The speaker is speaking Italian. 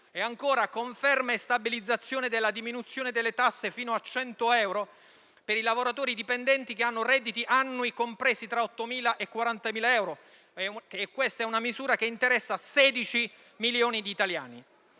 e ancora, conferma e stabilizzazione della diminuzione delle tasse fino a 100 euro per i lavoratori dipendenti che hanno redditi annui compresi tra 8.000 e 40.000 euro. Questa è una misura che interessa 16 milioni di italiani.